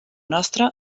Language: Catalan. nostra